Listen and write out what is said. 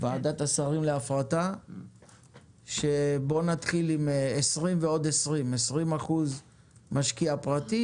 ועדת השרים להפרטה להתחיל עם 20% משקיע פרטי